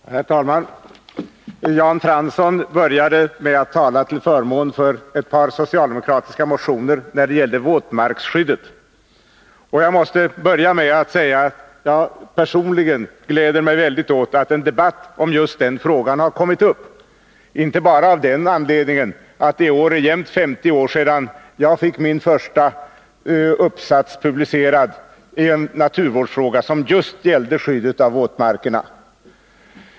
Herr talman! Jan Fransson började med att tala till förmån för ett par socialdemokratiska motioner som gäller våtmarksskyddet. Jag måste börja med att säga att jag personligen gläder mig mycket åt att en debatt om just den frågan har kommit upp. Jag gör det inte bara av den anledningen att det i år är jämnt 50 år sedan jag fick min första uppsats publicerad i en naturvårdsfråga som gällde just skyddet av våtmarkerna.